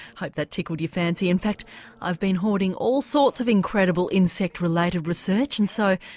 hope that tickled your fancy, in fact i've been hoarding all sorts of incredible insect related research and so,